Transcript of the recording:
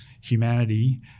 humanity